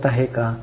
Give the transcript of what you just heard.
समजत आहे का